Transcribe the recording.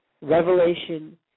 revelation